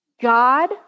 God